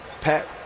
Pat